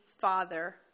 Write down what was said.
Father